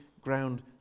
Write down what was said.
ground